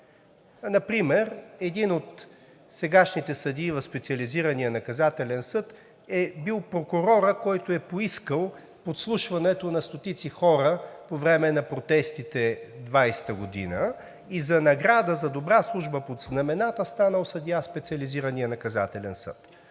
Например един от сегашните съдии в Специализирания наказателен съд е бил прокурорът, който е поискал подслушването на стотици хора по време на протестите 2020 г., и за награда за добра служба под знамената станал съдия в Специализирания наказателен съд.